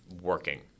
working